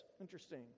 Interesting